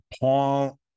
Paul